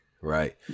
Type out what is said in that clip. Right